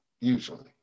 usually